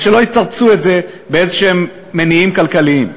אז שלא יתרצו את זה באיזשהם מניעים כלכליים,